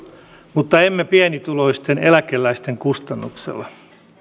mutta emme pienituloisten eläkeläisten kustannuksella